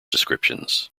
descriptions